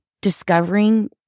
discovering